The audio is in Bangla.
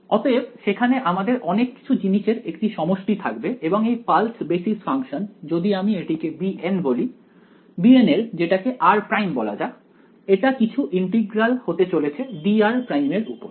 অতএব সেখানে আমাদের অনেক কিছু জিনিসের একটি সমষ্টি থাকবে এবং এই পালস বেসিস ফাংশন যদি আমি এটিকে bn বলি bn এর যেটাকে r' বলা যাক এটা কিছু ইন্টিগ্রাল হতে চলেছে dr' এর উপর